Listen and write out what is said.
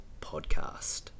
Podcast